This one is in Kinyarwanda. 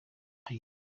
hari